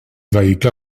vehicle